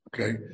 okay